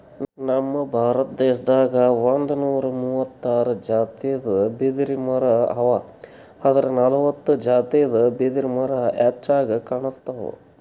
ನಮ್ ಭಾರತ ದೇಶದಾಗ್ ಒಂದ್ನೂರಾ ಮೂವತ್ತಾರ್ ಜಾತಿದ್ ಬಿದಿರಮರಾ ಅವಾ ಆದ್ರ್ ನಲ್ವತ್ತ್ ಜಾತಿದ್ ಬಿದಿರ್ಮರಾ ಹೆಚ್ಚಾಗ್ ಕಾಣ್ಸ್ತವ್